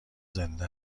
زنده